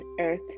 earth